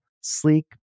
sleek